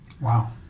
Wow